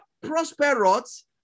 prosperous